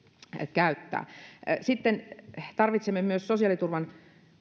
käyttää sitten tarvitsemme myös sosiaaliturvan